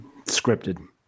Scripted